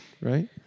right